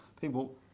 People